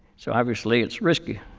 so obviously, it's risky.